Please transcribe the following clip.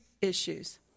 issues